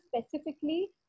specifically